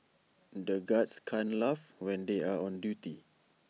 the guards can't laugh when they are on duty